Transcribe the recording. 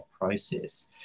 process